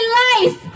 life